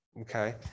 okay